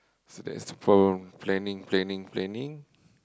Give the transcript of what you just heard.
so that's the problem planning planning planning